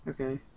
Okay